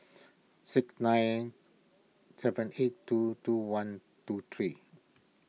six nine seven eight two two one two three